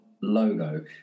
logo